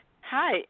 Hi